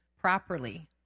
properly